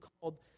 called